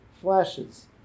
flashes